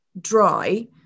dry